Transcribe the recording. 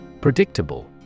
Predictable